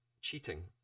cheating